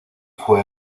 fue